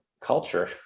culture